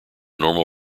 normal